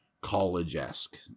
college-esque